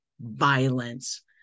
violence